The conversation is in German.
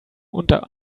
unter